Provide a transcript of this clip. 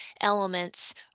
elements